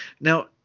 Now